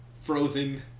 Frozen